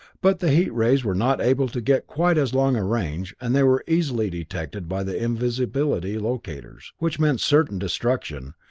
but the heat rays were not able to get quite as long a range, and they were easily detected by the invisibility locators, which meant certain destruction,